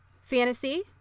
Fantasy